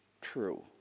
true